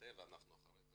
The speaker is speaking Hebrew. במטה ואנחנו נבצע לאחר מכן